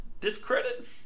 discredit